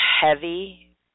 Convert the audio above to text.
heavy